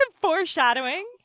foreshadowing